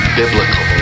biblical